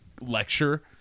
lecture